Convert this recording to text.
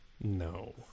No